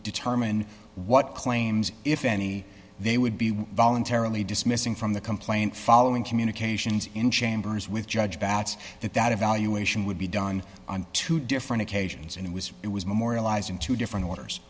determine what claims if any they would be voluntarily dismissing from the complaint following communications in chambers with judge batts that that evaluation would be done on two different occasions and it was it was memorialized in two different orders